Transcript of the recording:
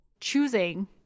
choosing